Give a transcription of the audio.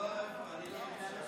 שלוש דקות לרשותך.